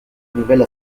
nouvelle